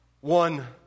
One